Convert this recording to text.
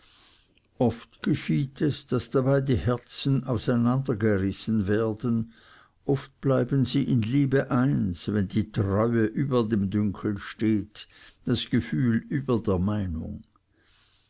oft geschieht es daß dabei die herzen auseinandergerissen werden oft bleiben sie in liebe eins wenn die treue über dem dünkel steht das gefühl über der meinung